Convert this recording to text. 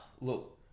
Look